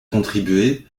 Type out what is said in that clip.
contribuer